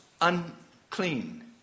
unclean